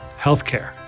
healthcare